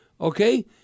Okay